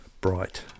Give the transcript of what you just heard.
bright